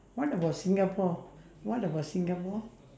what about singapore what about singapore